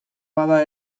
bada